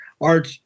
art